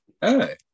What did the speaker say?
Hey